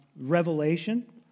Revelation